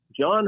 John